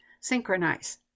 synchronize